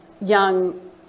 young